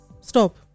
Stop